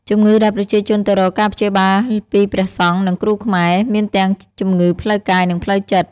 ជំងឺដែលប្រជាជនទៅរកការព្យាបាលពីព្រះសង្ឃ និងគ្រូខ្មែរ មានទាំងជំងឺផ្លូវកាយ និងផ្លូវចិត្ត។